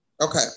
Okay